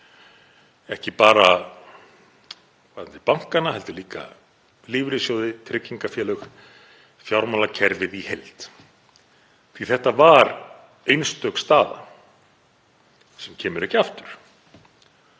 bara varðandi bankana heldur líka lífeyrissjóði, tryggingafélög, fjármálakerfið í heild, því að þetta var einstök staða sem kemur ekki aftur.